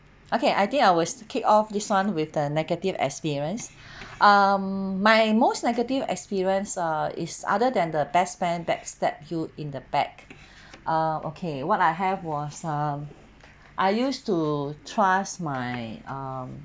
okay I think I will kick off this one with the negative experience um my most negative experience uh is other than the best friend back stab you in the back ah okay what I have was um I used to trust my um